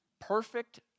Perfect